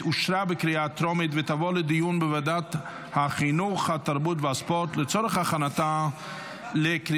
לוועדת החינוך, התרבות והספורט נתקבלה.